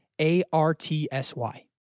A-R-T-S-Y